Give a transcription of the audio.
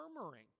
murmuring